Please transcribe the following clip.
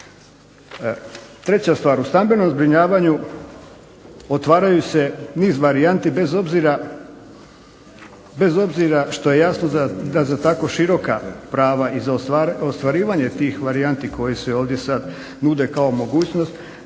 Treća stvar, u stambenom zbrinjavanju otvaraju se niz varijanti bez obzira što je jasno da za tako široka prava i za ostvarivanje tih varijanti koje se ovdje nude kao mogućnost,